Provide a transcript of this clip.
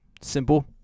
simple